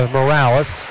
Morales